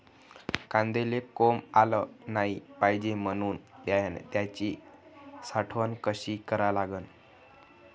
कांद्याले कोंब आलं नाई पायजे म्हनून त्याची साठवन कशी करा लागन?